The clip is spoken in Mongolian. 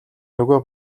нөгөө